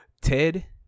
Ted